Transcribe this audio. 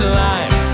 life